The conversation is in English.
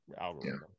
algorithm